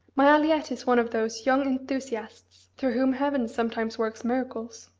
my aliette is one of those young enthusiasts through whom heaven sometimes works miracles.